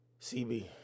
CB